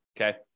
Okay